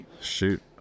shoot